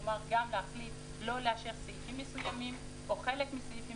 כלומר גם להחליט לא לאשר סעיפים מסוימים או חלק מסעיפים